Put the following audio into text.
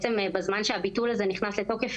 בזמן שהביטול הזה נכנס לתוקף,